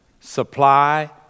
supply